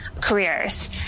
careers